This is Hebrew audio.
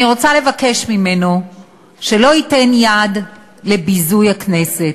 אני רוצה לבקש ממנו שלא ייתן יד לביזוי הכנסת,